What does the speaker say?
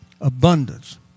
Abundance